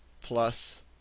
plus